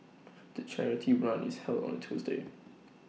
the charity run is held on A Tuesday